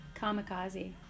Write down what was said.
Kamikaze